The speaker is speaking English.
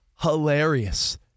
hilarious